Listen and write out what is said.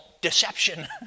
deception